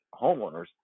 homeowners